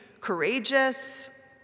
courageous